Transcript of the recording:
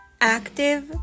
active